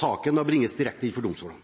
saken bringes direkte inn for domstolene.